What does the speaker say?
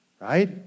right